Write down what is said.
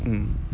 mm